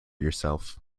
yourself